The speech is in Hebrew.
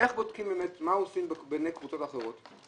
איך בודקים ומה עושים בקבוצות אחרות.